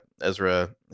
Ezra